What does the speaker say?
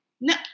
No